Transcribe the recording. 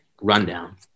rundown